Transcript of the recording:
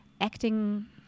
acting